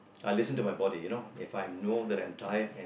I listen to my body you know If I know that I'm tired and